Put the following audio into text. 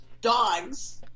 dogs